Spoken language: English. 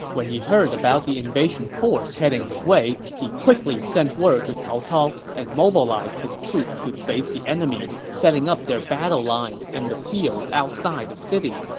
when he heard about the invasion force heading his way, he quickly sent word to cao cao and mobilized his troops to face the enemy, setting up their battle lines in the fields outside the city.